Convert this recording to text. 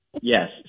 yes